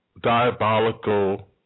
diabolical